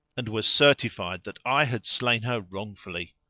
and was certified that i had slain her wrong. fully.